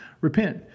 repent